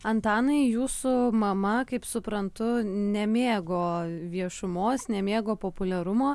antanai jūsų mama kaip suprantu nemėgo viešumos nemėgo populiarumo